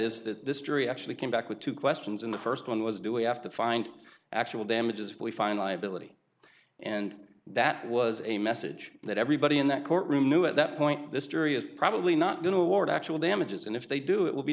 is that this jury actually came back with two questions and the first one was do we have to find actual damages we find liability and that was a message that everybody in that courtroom knew at that point this jury is probably not going to award actual damages and if they do it will be